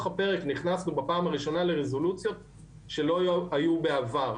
הפרק נכנסנו בפעם הראשונה לרזולוציות שלא היו בעבר,